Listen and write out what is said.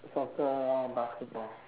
soccer or basketball